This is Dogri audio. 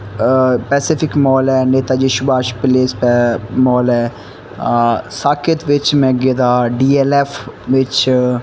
पैसिफिक माल ऐ नेता जी सुभाष प्लेस माल ऐ साकेत बिच्च में गेदा डी ऐल ऐफ बिच्च